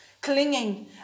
clinging